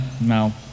no